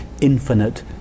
infinite